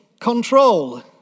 control